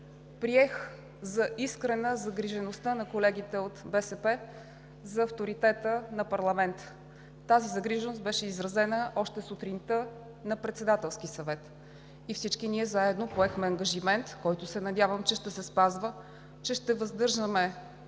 Приех за искрена загрижеността на колегите от БСП за авторитета на парламента. Тази загриженост беше изразена още сутринта на Председателския съвет и всички ние заедно поехме ангажимент, който се надявам, че ще се спазва, че ще въздържаме